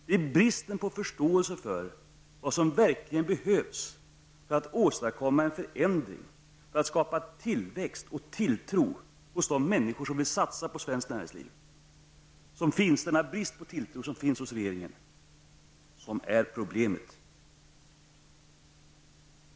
Det är regeringens brist på förståelse för vad som verkligen behövs för att åstadkomma en förändring, för att skapa tillväxt och tilltro hos de människor som vill satsa på svenskt näringsliv, som är problemet.